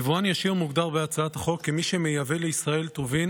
יבואן ישיר מוגדר בהצעת החוק כמי שמייבא לישראל טובין